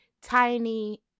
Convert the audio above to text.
tiny